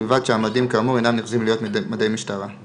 ובלבד שהמדים כאמור אינם נחזים להיות מדי משטרה;